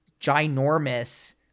ginormous